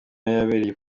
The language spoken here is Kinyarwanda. yarebye